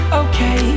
okay